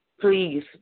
please